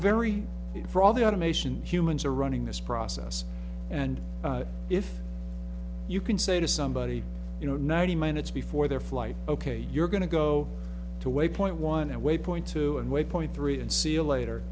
good for all the automation humans are running this process and if you can say to somebody you know ninety minutes before their flight ok you're going to go to waypoint one at waypoint two and waypoint three and see a later